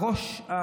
בראש,